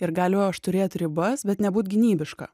ir galiu aš turėt ribas bet nebūt gynybiška